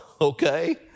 okay